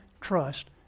trust